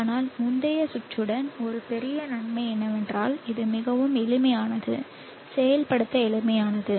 ஆனால் முந்தைய சுற்றுடன் ஒரு பெரிய நன்மை என்னவென்றால் இது மிகவும் எளிமையானது செயல்படுத்த எளிதானது